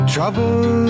Trouble